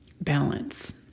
balance